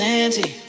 empty